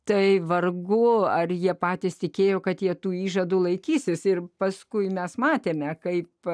tai vargu ar jie patys tikėjo kad jie tų įžadų laikysis ir paskui mes matėme kaip